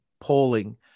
polling